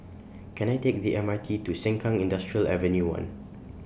Can I Take The M R T to Sengkang Industrial Avenue one